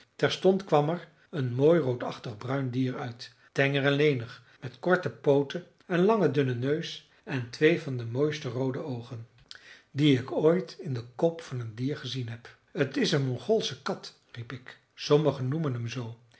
terstond kwam er een mooi roodachtig bruin dier uit tenger en lenig met korte pooten en langen dunnen neus en twee van de mooiste roode oogen die ik ooit in den kop van een dier gezien heb t is een mongoolsche kat riep ik sommigen noemen hem zoo